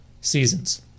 seasons